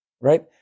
right